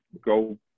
go